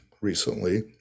recently